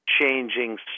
changing